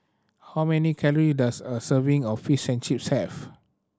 how many calorie does a serving of Fish and Chips have